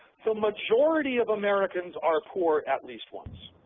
so majority of americans are poor at least once.